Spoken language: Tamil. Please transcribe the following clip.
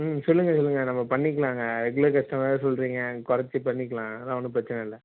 ம் சொல்லுங்க சொல்லுங்க நம்ம பண்ணிக்கலாங்க ரெகுலர் கஸ்டமர் வேறு சொல்கிறீங்க குறைச்சி பண்ணிக்கலாம் அதுலாம் ஒன்றும் பிரச்சின இல்லை